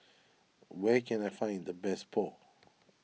where can I find the best Pho